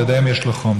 אתה יודע אם יש לו חום,